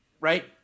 right